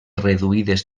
reduïdes